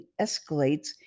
escalates